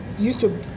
YouTube